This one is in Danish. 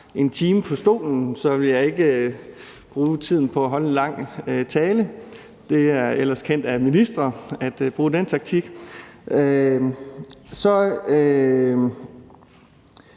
en time på talerstolen – ikke bruge tiden på at holde en lang tale. Det er ellers kendt, at ministre bruger den taktik. Så er